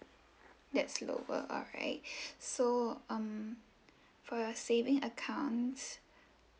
that's lower alright so um for your saving accounts